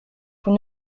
vous